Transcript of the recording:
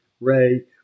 Ray